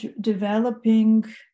developing